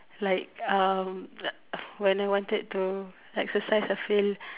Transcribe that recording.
like um when I wanted to exercise I feel